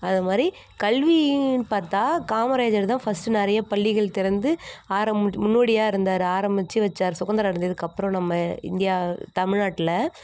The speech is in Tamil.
அதுமாதிரி கல்வின்னு பார்த்தா காமராஜர்தான் ஃபஸ்ட்டு நிறைய பள்ளிகள் திறந்து ஆரம்புட் முன்னோடியாக இருந்தார் ஆரம்பித்து வைச்சாரு சுதந்திரம் அடைஞ்சதுக்கப்புறம் நம்ம இந்தியா தமிழ்நாட்டில்